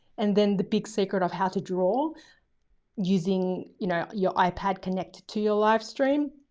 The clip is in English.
and then the big secret of how to draw using you know your ipad connected to your live stream.